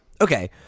Okay